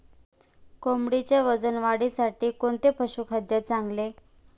कोंबडीच्या वजन वाढीसाठी कोणते पशुखाद्य चांगले?